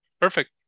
Perfect